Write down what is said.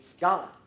God